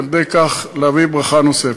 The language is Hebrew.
ועל-ידי כך להביא ברכה נוספת.